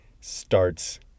starts